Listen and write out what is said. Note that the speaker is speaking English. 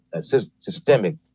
systemic